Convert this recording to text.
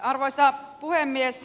arvoisa puhemies